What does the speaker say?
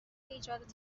ایجاد